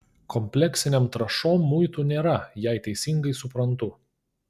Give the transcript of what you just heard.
kompleksinėm trąšom muitų nėra jei teisingai suprantu